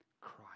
Christ